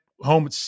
home